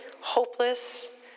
hopeless